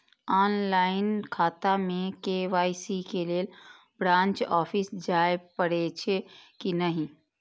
Online खाता में KYC के लेल ब्रांच ऑफिस जाय परेछै कि नहिं?